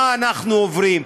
מה אנחנו עוברים,